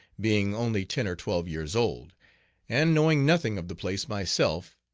being only ten or twelve years old and knowing nothing of the place myself,